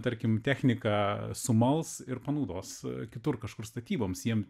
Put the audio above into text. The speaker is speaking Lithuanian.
tarkim technika sumals ir panaudos kitur kažkur statyboms jiem